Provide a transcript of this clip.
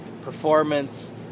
performance